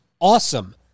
awesome